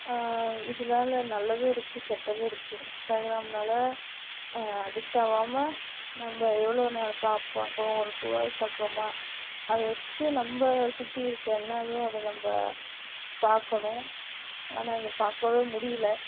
இதனால நல்லதும் இருக்கு கெட்டதும் இருக்கு இன்ஸ்டாகிராமினால அடிக்டாகாம நம்ம எவ்வளோ நேரம் பாக்கிறோம் ஒரு டூ ஹவர் பாக்கிறோமா அதை வச்சுட்டு நம்மள சுற்றி இருக்க என்ன இதுவோ அதை நம்ம பார்க்கணும் ஆனால் அது பார்க்கவே முடியல